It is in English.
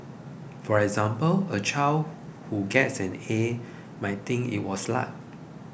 for example a child who gets an A may think it was luck